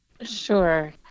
Sure